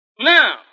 Now